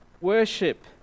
worship